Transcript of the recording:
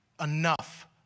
enough